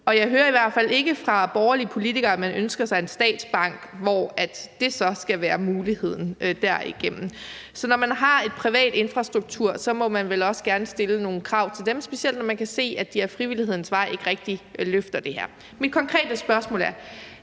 Jeg hører i hvert fald ikke fra borgerlige politikere, at de ønsker sig en statsbank, hvor det så skal være muligheden derigennem. Så når man har en privat infrastruktur, må man vel også gerne stille nogle krav til dem, specielt når man kan se, at de ad frivillighedens vej ikke rigtig løfter det her. Mit konkrete spørgsmål er: